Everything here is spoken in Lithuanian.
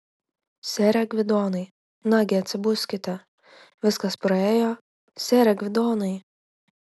sere gvidonai nagi atsibuskite viskas praėjo sere gvidonai